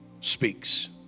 speaks